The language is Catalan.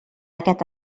aquest